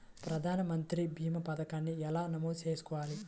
ప్రధాన మంత్రి భీమా పతకాన్ని ఎలా నమోదు చేసుకోవాలి?